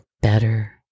better